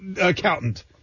accountant